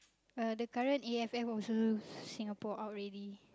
uh the current A_F_L also Singapore out already